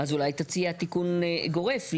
אז אולי תציע תיקון גורף.